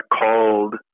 called